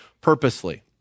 purposely